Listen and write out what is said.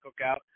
cookout